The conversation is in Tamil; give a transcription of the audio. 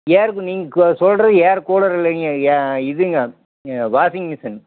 நீங்கள் சொல்கிறது ஏர் கூலர் இல்லைங்க இதுங்க வாஷிங் மிஷின்